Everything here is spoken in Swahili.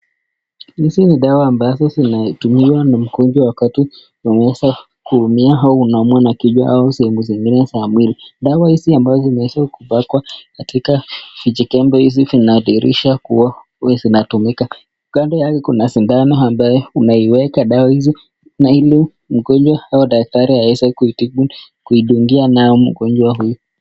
Hizi ni dawa ambazo zinatumiwa na mgonjwa wakati ameweza kuumia, au anumwa na kichwa, au sehemu zingine za mwili. Dawa hizi ambazo zimeweza kupakwa katika vijikebe hizi vinaadhihirisha kuwa huwa zinatumika. Kando yake kuna shindano ambayo unaiweka dawa hizi ili mgonjwa hau dakitari aweze kitibu kuidungia nayo mgonjwa huyu.